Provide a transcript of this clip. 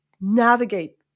navigate